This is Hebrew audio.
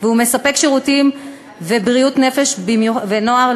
והוא מספק שירותים בבריאות הנפש לילדים ונוער.